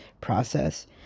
process